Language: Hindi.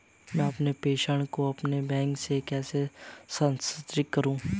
मैं अपने प्रेषण को अपने बैंक में कैसे स्थानांतरित करूँ?